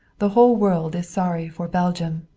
the whole world is sorry for belgium,